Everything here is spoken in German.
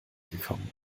gekommen